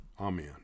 Amen